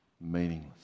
Meaningless